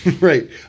right